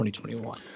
2021